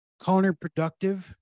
counterproductive